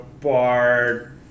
Bard